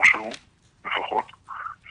הורשעו לפחות.